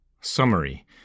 Summary